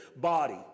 body